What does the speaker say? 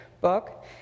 book